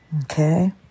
Okay